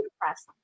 press